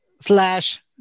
slash